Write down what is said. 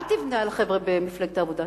אל תבנה על החבר'ה במפלגת העבודה.